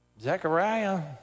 Zechariah